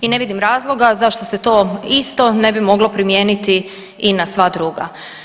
I ne vidim razloga zašto se to isto ne bi moglo primijeniti i na sva druga.